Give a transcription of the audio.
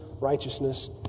righteousness